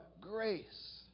grace